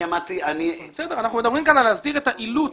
אני עמדתי --- אנחנו מדברים על הצורך להסדיר את האילוץ